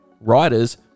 writer's